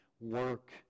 work